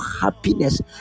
happiness